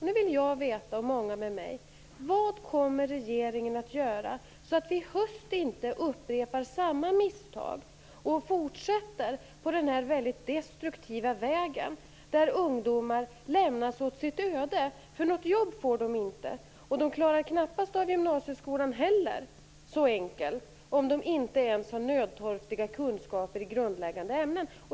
Nu vill jag och många med mig veta: Vad kommer regeringen att göra, så att vi i höst inte upprepar samma misstag och fortsätter på denna mycket destruktiva väg, där ungdomar lämnas åt sitt öde, för något jobb får de inte? De klarar inte gymnasieskolan så lätt heller om de inte ens har nödtorftiga kunskaper i grundläggande ämnen.